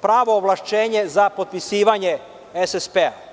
pravo ovlašćenje za potpisivanje SSP.